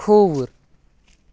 کھووُر